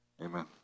Amen